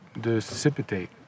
dissipate